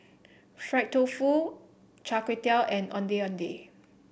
Fried Tofu Char Kway Teow and Ondeh Ondeh